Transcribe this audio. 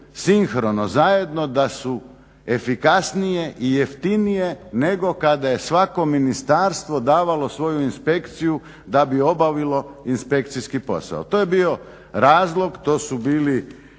sinkrono zajedno da su efikasnije i jeftinije nego kada je svako ministarstvo davalo svoju inspekciju da bi obavilo inspekcijski posao. To je bio razlog, to su bili